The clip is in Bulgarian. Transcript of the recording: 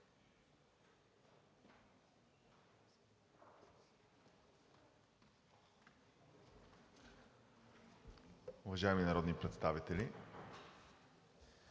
Уважаеми народни представители!